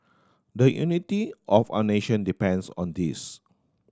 the unity of our nation depends on this